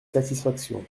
satisfaction